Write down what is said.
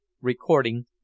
recording